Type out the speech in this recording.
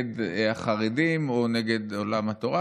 נגד החרדים או נגד עולם התורה,